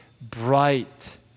bright